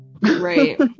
right